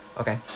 Okay